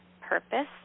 purpose